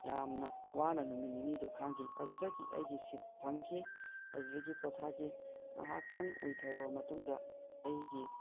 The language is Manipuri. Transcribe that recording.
ꯌꯥꯝꯅ ꯋꯥꯅ ꯅꯨꯃꯤꯠ ꯅꯤꯅꯤꯗꯨ ꯈꯥꯡꯈꯤ ꯑꯗꯨꯗꯒꯤ ꯑꯩꯒꯤ ꯁꯤꯠ ꯐꯪꯈꯤ ꯑꯗꯨꯗꯒꯤ ꯄꯣꯊꯥꯈꯤ ꯉꯥꯏꯍꯥꯛꯇꯪ ꯎꯏꯊꯔꯨꯔꯕ ꯃꯇꯨꯡꯗ ꯑꯩꯒꯤ